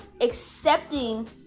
accepting